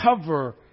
cover